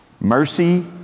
mercy